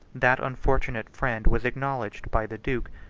that unfortunate friend was acknowledged by the duke,